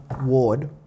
ward